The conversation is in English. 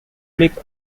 make